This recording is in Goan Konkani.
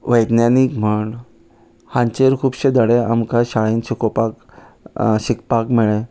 वैज्ञानीक म्हण हांचेर खुबशे धडे आमकां शाळेंत शिकोवपाक शिकपाक मेळ्ळे